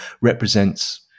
represents